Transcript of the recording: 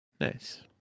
nice